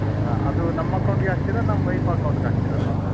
ಹೌದಾ ಅದು ನಮ್ಮ ಅಕೌಂಟ್ಗೆ ಹಾಕ್ತೀರಾ ನಮ್ಮ ವೈಫ್ ಅಕೌಂಟ್ಗೆ ಹಾಕ್ತೀರಾ ಲೋನ್ನ್ನ